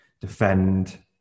defend